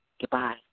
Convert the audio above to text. Goodbye